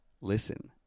listen